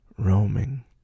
Roaming